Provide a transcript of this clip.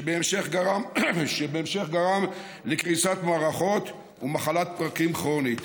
שבהמשך גרם לקריסת מערכות ולמחלת פרקים כרונית.